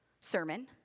sermon